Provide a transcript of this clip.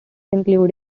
include